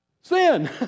Sin